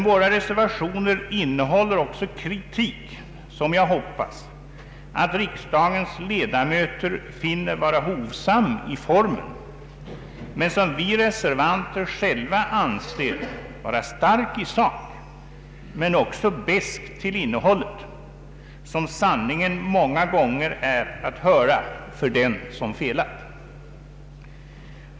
Våra reservationer innehåller dock även kritik, som jag hoppas att riksdagens ledamöter finner vara hovsam i formen men som vi reservanter själva anser vara stark i sak och besk till innehållet, som sanningen många gånger är att höra för den som felat.